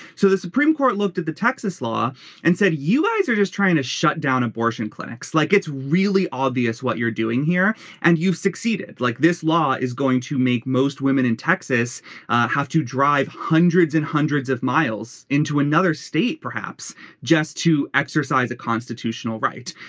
so the supreme court looked at the texas law and said you guys are just trying to shut down abortion clinics like it's really obvious what you're doing here and you've succeeded like this law is going to make most women in texas have to drive hundreds and hundreds of miles into another state perhaps just to exercise a constitutional right.